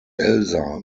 elsa